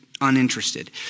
uninterested